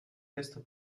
questo